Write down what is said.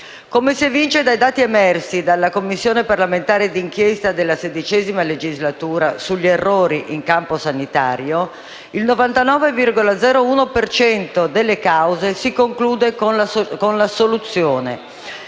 Come si evince dai dati emersi dal lavoro della Commissione parlamentare d'inchiesta della XVI legislatura sugli errori in campo sanitario, il 99,1 per cento della cause si conclude con l'assoluzione.